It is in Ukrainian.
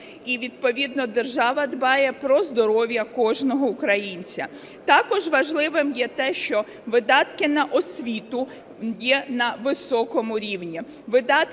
і відповідно держава дбає про здоров'я кожного українця. Також важливим є те, що видатки на освіту є на високому рівні,